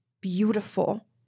beautiful